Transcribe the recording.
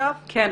כן.